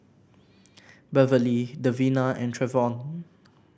Beverlee Davina and Travon